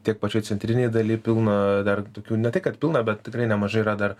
tiek pačioj centrinėj daly pilna dar tokių ne tai kad pilna bet tikrai nemažai yra dar